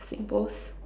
singpost